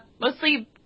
Mostly